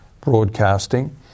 broadcasting